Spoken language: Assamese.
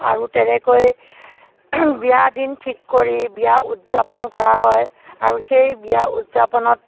আৰু তেনেকৈ বিয়াৰ দিন ঠিক কৰি বিয়া উৎযাপন কৰা হয় আৰু সেই বিয়া উৎযাপনত